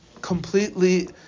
completely